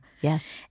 Yes